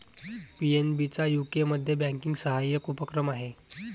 PNB चा यूकेमध्ये banking सहाय्यक उपक्रम आहे